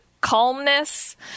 calmness